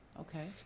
Okay